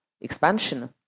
expansion